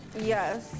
Yes